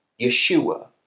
Yeshua